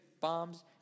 bombs